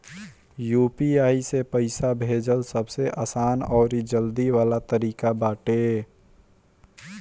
UPI से पईसा भेजल सबसे आसान अउरी जल्दी वाला तरीका बाटे